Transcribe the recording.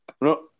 no